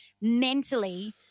mentally